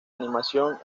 animación